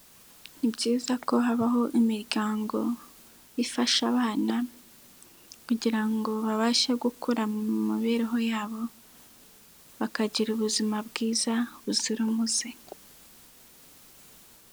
Ni byiza ko habaho imiryango ifasha abana kugira ngo babashe gukura mu mibereho yabo bakagira ubuzima bwiza buzira umuze.